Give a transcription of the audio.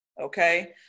Okay